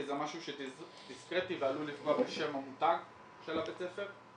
כי זה משהו דיסקרטי ועלול לפגוע בשם המותג של בית הספר,